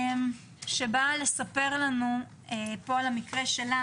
שבאה לספר לנו על המקרה שלה.